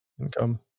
income